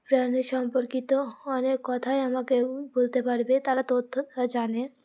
প্রাণী সম্পর্কিত অনেক কথাই আমাকে বলতে পারবে তারা তথ্য তারা জানে